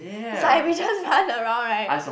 is like we just run around right